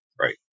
right